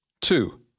Two